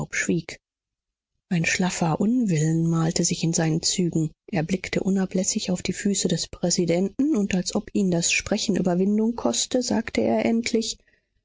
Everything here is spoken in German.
ein schlaffer unwillen malte sich in seinen zügen er blickte unablässig auf die füße des präsidenten und als ob ihn das sprechen überwindung koste sagte er endlich